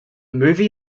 movie